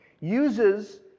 uses